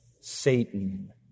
Satan